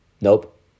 Nope